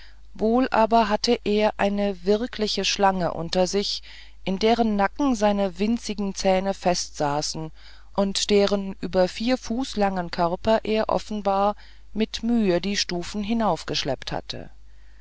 wohl aber hatte er eine wirkliche schlange unter sich in deren nacken seine winzigen zähne festsaßen und deren über vier fuß langen körper er offenbar mit mühe die stufen heraufgeschleppt hatte